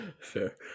Fair